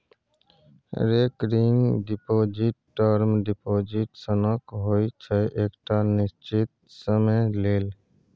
recurring deposit term deposit सनक होइ छै एकटा निश्चित समय लेल